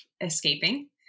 escaping